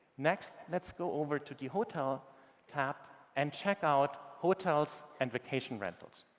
next let's go over to the hotel tab and check out hotels and vacation rentals.